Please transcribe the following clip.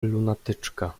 lunatyczka